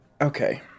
Okay